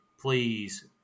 please